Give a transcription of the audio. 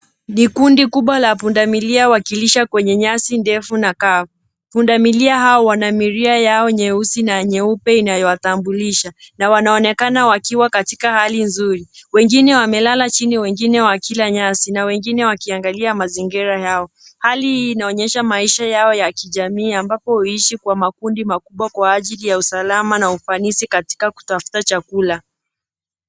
Kikundi kubwa la pundamilia wakilisha kwenye nyasi ndefu na kaa. Pundamilia hao wana milia yao nyeusi na nyeupe inayowatambulisha na wanaonekana wakiwa katika hali nzuri. Wengine wamelala chini wengine wakila nyasi na wengine wakiangalia mazingira yao. Hali hii inaonyesha maisha yao ya kijamii ambapo huishi kwa makundi makubwa kwa ajili ya usalama na ufanisi katika kutafuta chakula.